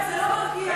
מכאב זה לא מרגיע.